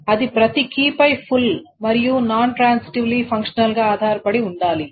అది ప్రతి కీపై ఫుల్ మరియు నాన్ ట్రాన్సిటివ్లీ ఫంక్షనల్ గా ఆధారపడి ఉండాలి